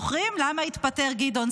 למה חבל?